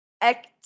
act